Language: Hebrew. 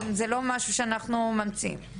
זה לא משהו שאנחנו ממציאים.